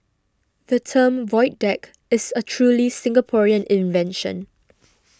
the term void deck is a truly Singaporean invention